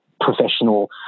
professional